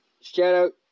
Shout-out